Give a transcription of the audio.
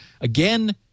again